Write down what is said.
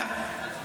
אתה עדיין פה.